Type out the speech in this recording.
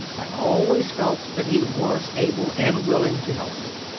i always felt that he was able and willing to help me.